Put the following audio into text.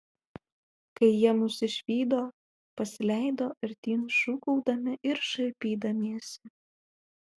kai jie mus išvydo pasileido artyn šūkaudami ir šaipydamiesi